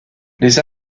les